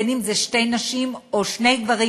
בין אם זה שתי נשים או שני גברים,